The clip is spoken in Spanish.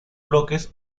bloques